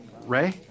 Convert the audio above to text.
Ray